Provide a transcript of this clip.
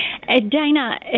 Dana